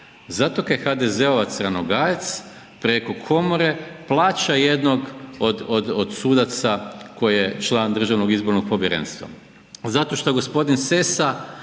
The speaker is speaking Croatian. Zato kaj HDZ-ovac Ranogajec preko komore plaća jednog od sudaca koji je član Državnog izbornog povjerenstva. Zato što gospodin Sesa